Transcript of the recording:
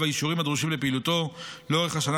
האישורים הדרושים לפעילותו לאורך השנה,